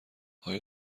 آیا